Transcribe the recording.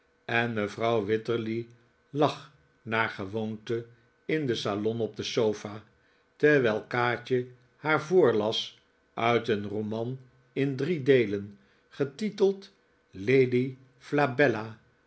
en me vrouw wititterly lag naar gewoonte in den salon op de sofa terwijl kaatje haar voorlas uit een roman in drie deelen getiteld lady flabella